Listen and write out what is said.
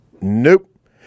Nope